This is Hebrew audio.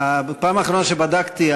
בפעם האחרונה שבדקתי,